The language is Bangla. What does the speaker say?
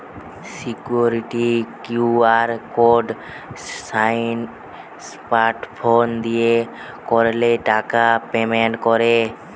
security QR code scan smart phone দিয়ে করলে টাকা পেমেন্ট করে